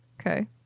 Okay